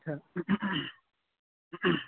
अच्छा